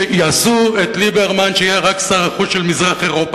שיעשו את ליברמן שיהיה רק שר החוץ של מזרח-אירופה,